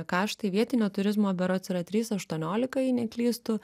kaštai vietinio turizmo berods yra trys aštuoniolika jei neklystu